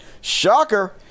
Shocker